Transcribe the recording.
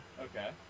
Okay